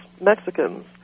Mexicans